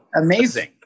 amazing